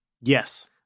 yes